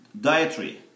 dietary